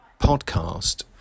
podcast